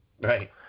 Right